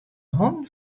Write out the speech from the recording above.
hannen